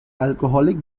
alcoholic